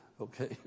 Okay